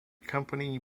company